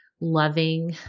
loving